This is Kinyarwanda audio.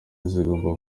zigomba